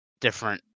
different